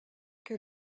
que